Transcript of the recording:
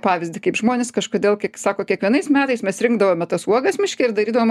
pavyzdį kaip žmonės kažkodėl kiek sako kiekvienais metais mes rinkdavome tas uogas miške ir darydavom